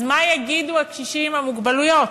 אז מה יגידו הקשישים עם המוגבלויות,